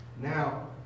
now